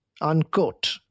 unquote